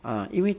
ah 因为